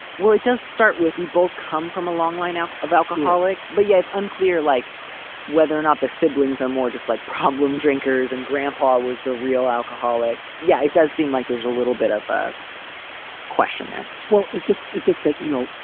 well, it does start with we both come from a long line of alcoholics, but yeah it's unclear like whether or not the siblings are more just like problem drinkers. and grandpa was the real alcoholic. yeah, it does seem like there's a little bit of a question there as well it's just it's just that, you know.